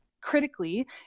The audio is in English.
Critically